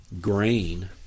Grain